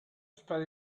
spade